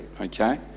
okay